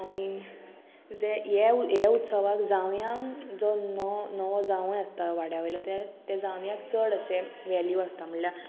आनीक हे हे उत्सवाक जावयांक जो नो नवो जावं आसता वाड्या वयलो ते त्या जांवयाक चड अशे वेल्यू आसता म्हणल्यार